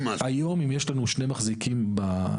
היום, אם יש לנו שני מחזיקים בדירה.